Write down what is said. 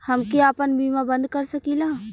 हमके आपन बीमा बन्द कर सकीला?